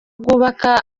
bwubaka